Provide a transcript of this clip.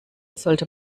sollte